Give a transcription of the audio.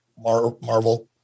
Marvel